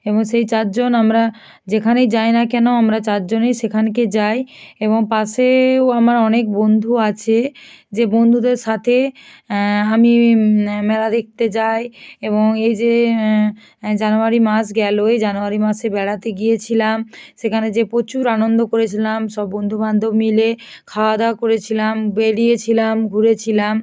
এবং সেই চারজন আমরা যেখানেই যায় না কেন আমরা চারজনে সেখানকে যাই এবং পাশেও আমার অনেক বন্ধু আছে যে বন্ধুদের সাথে আমি মেলা দেখতে যাই এবং এই যে জানুয়ারি মাস গেলো এই জানুয়ারি মাসে বেড়াতে গিয়েছিলাম সেখানে যেয়ে প্রচুর আনন্দ করেছিলাম সব বন্ধু বান্ধব মিলে খাওয়া দাওয়া করেছিলাম বেরিয়েছিলাম ঘুরেছিলাম